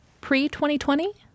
pre-2020